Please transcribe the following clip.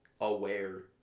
aware